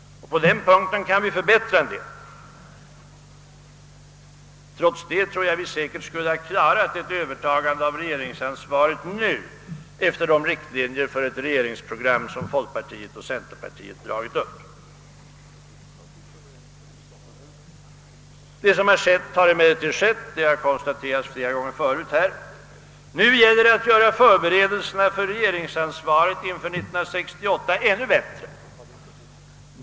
På den punkten kan vi förbättra en del. Trots det tror jag att vi säkert skulle ha klarat ett övertagande av regeringsansvaret nu, efter de riktlinjer för ett regeringsprogram som folkpartiet och centern dragit upp. Det som har skett har emellertid skett — det har konstaterats flera gånger förut här. Nu gäller det att göra förberedelserna för regeringsansvaret 1968 ännu bättre.